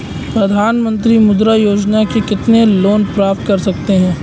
प्रधानमंत्री मुद्रा योजना में कितना लोंन प्राप्त कर सकते हैं?